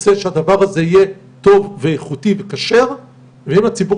רוצה שהדבר הזה יהיה טוב ואיכותי וכשר ואם הציבור